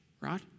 right